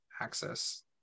access